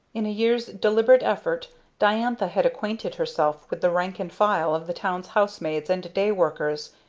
in a year's deliberate effort diantha had acquainted herself with the rank and file of the town's housemaids and day workers,